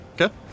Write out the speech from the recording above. Okay